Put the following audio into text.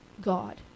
God